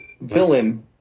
villain